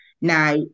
Now